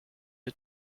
que